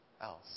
else